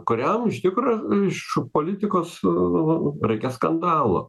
kuriam iš tikro iš politikos reikia skandalo